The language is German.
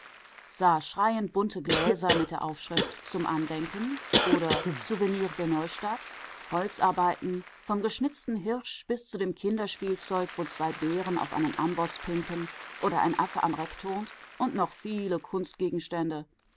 schreiend bunte gläser mit der aufschrift zum andenken oder souvenir de neustadt holzarbeiten vom geschnitzten hirsch bis zu dem kinderspielzeug wo zwei bären auf einem amboß pinken oder ein affe am reck turnt und noch viele